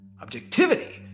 Objectivity